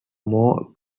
more